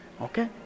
Okay